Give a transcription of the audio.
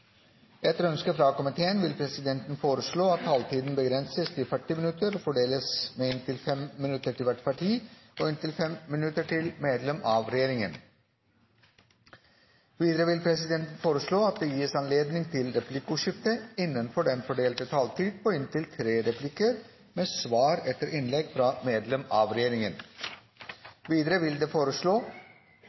Etter ønske fra komiteen vil presidenten foreslå at taletiden begrenses til 40 minutter og fordeles med inntil 5 minutter til hvert parti og inntil 5 minutter til medlem av regjeringen. Videre vil presidenten foreslå at det gis anledning til replikkordskifte på inntil fem replikker med svar etter innlegg fra medlem av regjeringen innenfor den fordelte taletid. Videre blir det